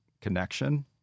connection